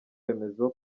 remezo